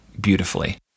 beautifully